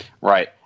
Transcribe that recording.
Right